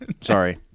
Sorry